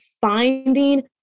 finding